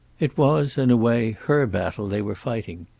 it was, in a way, her battle they were fighting.